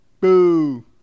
Boo